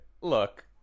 look